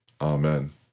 Amen